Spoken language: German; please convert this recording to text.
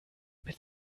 mit